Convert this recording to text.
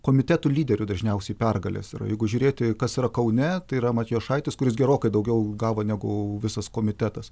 komitetų lyderių dažniausiai pergalės yra jeigu žiūrėti kas yra kaune tai yra matijošaitis kuris gerokai daugiau gavo negu visas komitetas